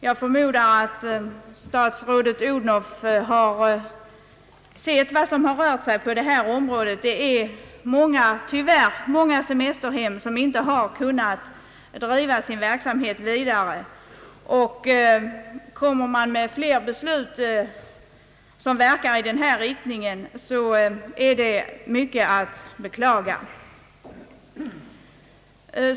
Jag förmodar att statsrådet Odhnoff har sett vad som sker på detta området. Det är tyvärr många semesterhem som inte har kunnat fortsätta att driva sin verksamhet. Blir det flera beslut som verkar i samma riktning är det mycket att beklaga.